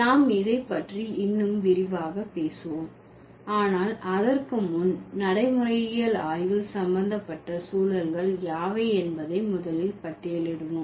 நாம் இதை பற்றி இன்னும் விரிவாக பேசுவோம் ஆனால் அதற்கு முன் நடைமுறையியல் ஆய்வில் சம்பந்தப்பட்ட சூழல்கள் யாவை என்பதை முதலில் பட்டியலிடுவோம்